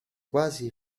quasi